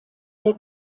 der